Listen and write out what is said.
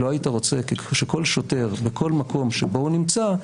לא היית רוצה שכל שוטר בכל מקום שבו הוא נמצא,